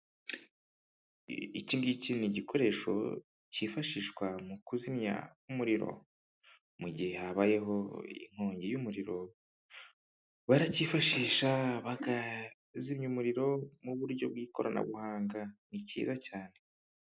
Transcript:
Iki ngiki ni igikoresho cyifashishwa mu kuzimya umuriro. Mu gihe habayeho inkongi y'umuriro baracyifashisha bakazimya umuriro mu buryo bw'ikoranabuhanga, ni cyiza cyane.